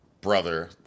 brother